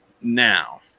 Now